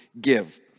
give